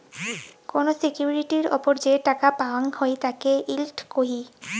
কোন সিকিউরিটির ওপর যে টাকা পাওয়াঙ হই তাকে ইল্ড কহি